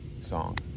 song